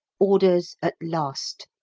orders at last.